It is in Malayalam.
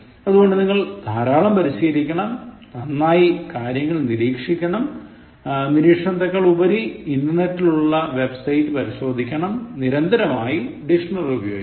അതുകൊണ്ട് നിങ്ങൾ ധാരാളം പരിശീലിക്കണം നന്നായി കാര്യങ്ങൾ നിരീക്ഷിക്കണം നിരീക്ഷണത്തെക്കാളുപരി ഇൻറർനെറ്റിൽ ഉള്ള വെബ്സൈറ്റ്സ് പരിശോധിക്കണം നിരന്തരമായി ഡിക്ഷണറി ഉപയോഗിക്കണം